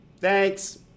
Thanks